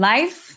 Life